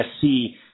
see